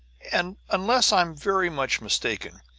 and unless i'm very much mistaken,